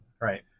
Right